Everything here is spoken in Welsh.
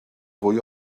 fwy